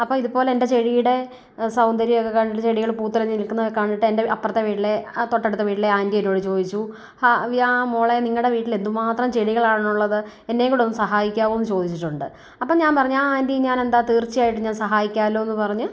അപ്പം ഇതുപോലെ എൻ്റെ ചെടീടെ സൗന്ദര്യമൊക്കെ കണ്ട് ചെടികൾ പൂത്തുലഞ്ഞു നിൽക്കുന്നത് ഒക്കെ കണ്ടിട്ട് എൻ്റെ അപ്പുറത്തെ വീട്ടിലെ ആ തൊട്ടടുത്ത വീട്ടിലെ ആൻറി എന്നോട് ചോദിച്ചു ആ മോളെ നിങ്ങളുടെ വീട്ടിൽ എന്തു മാത്രം ചെടികളാണ് ഉള്ളത് എന്നേം കൂടെ ഒന്ന് സഹായിക്കാമോന്ന് ചോദിച്ചിട്ടുണ്ട് അപ്പം ഞാൻ പറഞ്ഞു ആ ആൻറി ഞാൻ എന്താ തീർച്ചയായിട്ടും ഞാൻ സഹായിക്കാലോന്ന് പറഞ്ഞ്